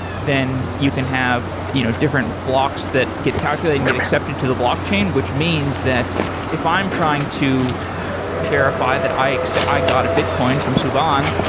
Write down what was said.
then you can have you know different blocks that get calculated and get accepted to the blockchain, which means that if i'm trying to verify that i so i got a bitcoin from subhan,